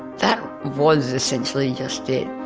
that was essentially just it.